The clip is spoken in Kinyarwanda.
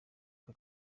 aka